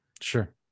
Sure